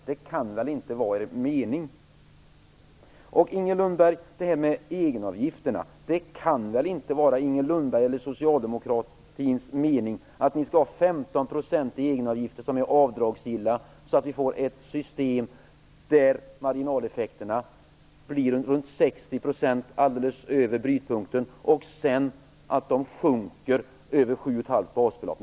Det kan väl inte vara er mening? Det kan väl heller inte vara Inger Lundbergs eller socialdemokratins mening att ni skall ha 15 % i egenavgifter som är avdragsgilla, så att marginaleffekterna blir runt 60 % alldeles ovanför brytpunkten och sedan sjunker över 7,5 basbelopp?